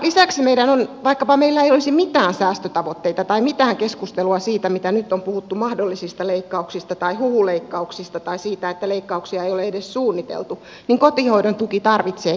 lisäksi vaikka meillä ei olisi mitään säästötavoitteita tai mitään keskustelua siitä mitä nyt on puhuttu mahdollisista leikkauksia tai huhuleikkauksista tai siitä että leikkauksia ei ole edes suunniteltu kotihoidon tuki tarvitsee kehittämistä